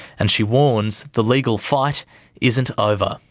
and she warns the legal fight isn't over.